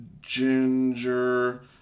ginger